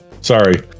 sorry